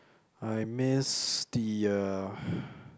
I miss the uh